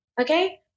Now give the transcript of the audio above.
okay